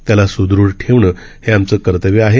त्याला सुदृढ ठेवणे हे आमचे कर्तव्य आहे